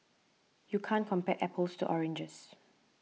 you can't compare apples to oranges